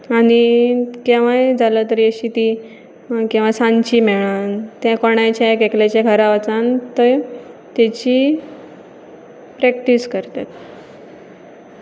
आनी केवाय जाला तरी अशी ती केवां सांची मेळान ते कोणाच्या एक एकल्याच्या घरा वचून थंय तेची प्रॅक्टीस करतात